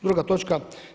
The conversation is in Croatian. Druga točka.